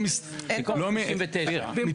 ב-8ד?